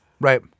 Right